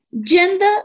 gender